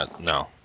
no